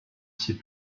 ces